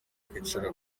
kwicara